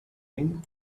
ring